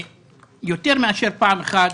יותר מאשר פעם אחת